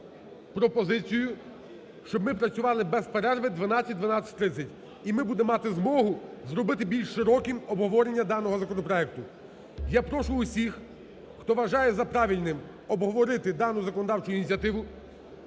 Я прошу усіх, хто вважає за правильне обговорити дану законодавчу ініціативу,